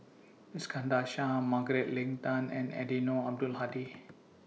Iskandar Shah Margaret Leng Tan and Eddino Abdul Hadi